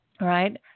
right